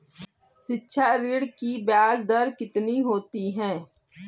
शिक्षा ऋण की ब्याज दर कितनी होती है?